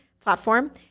platform